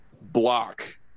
block